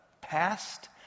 Past